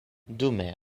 dume